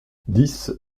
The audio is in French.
dix